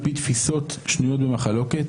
על פי תפיסות שנויות במחלוקת,